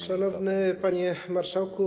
Szanowny Panie Marszałku!